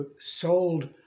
sold